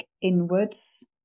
inwards